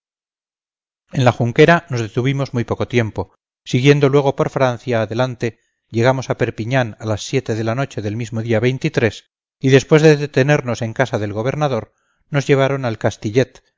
en la junquera nos detuvimos muy poco tiempo siguiendo luego por francia adelante llegamos a perpiñán a las siete de la noche del mismo día y después de detenemos en casa del gobernador nos llevaron al castillet